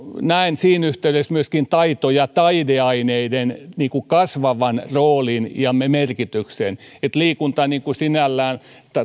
näen siinä yhteydessä myöskin taito ja taideaineiden kasvavan roolin ja merkityksen että liikunta sinällään